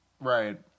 Right